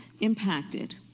impacted